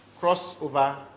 crossover